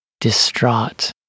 Distraught